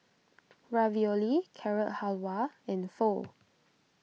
Ravioli Carrot Halwa and Pho